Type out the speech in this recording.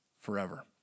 forever